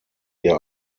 ihr